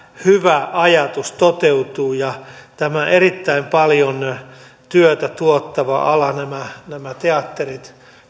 hyvä ajatus toteutuu ja tämä erittäin paljon työtä tuottava ala nämä nämä teatterit